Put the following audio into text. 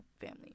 family